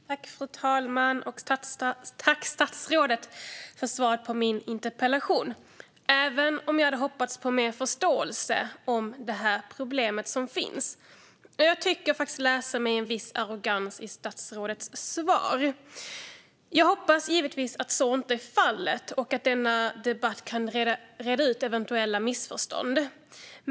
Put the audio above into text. Fru talman! Tack, statsrådet, för svaret på min interpellation! Jag hade dock hoppats på mer förståelse för detta problem. Jag uppfattar en viss arrogans i statsrådets svar. Jag hoppas givetvis att så inte är fallet och att denna debatt kan reda ut eventuella missförstånd.